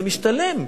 זה משתלם.